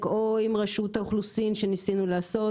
או עם רשות האוכלוסין שניסינו לעשות.